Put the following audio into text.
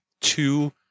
two